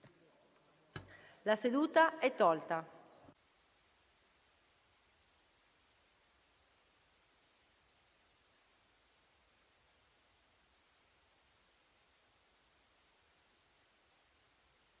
La seduta è tolta